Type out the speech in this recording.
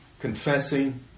confessing